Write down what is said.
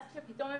הם